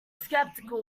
skeptical